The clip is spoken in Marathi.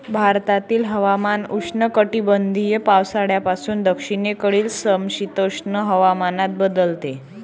भारतातील हवामान उष्णकटिबंधीय पावसाळ्यापासून दक्षिणेकडील समशीतोष्ण हवामानात बदलते